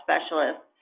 specialists